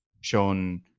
shown